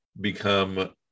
become